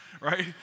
right